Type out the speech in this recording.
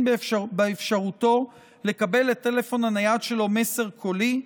באפשרותו לקבל לטלפון הנייד שלו מסר קולי,